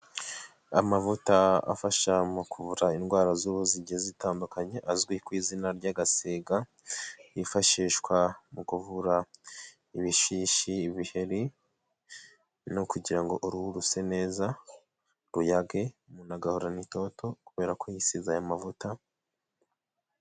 Amavuta afasha mu kuvura indwara z'ubu zigiye zitandukanye azwi ku izina ry'agasiga, yifashishwa mu kuvura ibishishi, ibiheri no kugira ngo uruhu ruse neza, ruyage, umuntu agahorana itoto kubera ko yisize aya mavuta